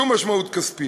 שום משמעות כספית,